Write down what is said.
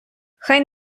хай